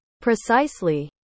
Precisely